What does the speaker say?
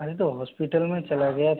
अरे तो हॉस्पिटल में चला गया था